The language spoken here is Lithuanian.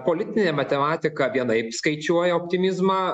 politinė matematika vienaip skaičiuoja optimizmą